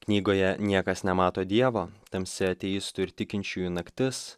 knygoje niekas nemato dievo tamsi ateistų ir tikinčiųjų naktis